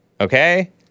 Okay